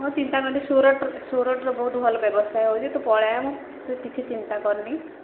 ହଁ ଚିନ୍ତା କଲେ ସୁରଟ ସୁରଟରେ ବହୁତ ଭଲ ବ୍ୟବସାୟ ହେଉଛି ମୁଁ ତୁ ପଳେଇ ଆ ତୁ କିଛି ଚିନ୍ତା କରନି